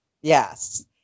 Yes